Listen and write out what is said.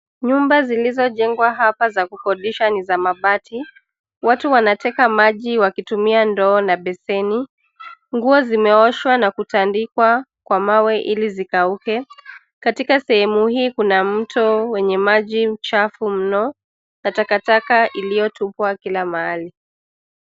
Nyumba zilizojengwa hapa za kukodisha ni za mabati. Watu wanateka maji wakitumia ndoo na beseni. Nguo zimeoshwa na kutandikwa kwa mawe ili zikauke. Katika sehemu hii kuna mto wenye maji mchafu mno na takataka iliyotupwa kila mahali.